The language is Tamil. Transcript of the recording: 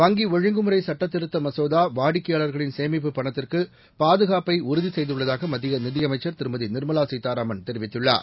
வங்கி ஒழுங்குமுறை சட்டதிருத்த மசோதா வாடிக்கையாளர்களின் சேமிப்புப் பணத்திற்கு பாதுகாப்பை உறுதி செய்துள்ளதாக மத்திய நிதியமைச்சர் திருமதி நிர்மலா சீதாராமன் தெரிவித்துள்ளார்